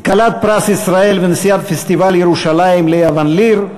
כלת פרס ישראל ונשיאת פסטיבל ירושלים ליה ון-ליר,